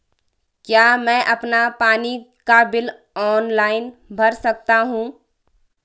क्या मैं अपना पानी का बिल ऑनलाइन भर सकता हूँ?